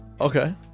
Okay